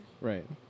Right